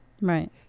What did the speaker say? Right